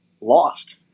lost